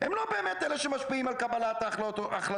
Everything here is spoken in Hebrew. הם לא באמת אלה שמשפיעים על קבלת ההחלטות.